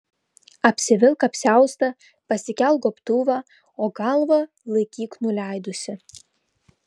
apsivilk apsiaustą pasikelk gobtuvą o galvą laikyk nuleidusi